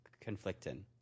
conflicting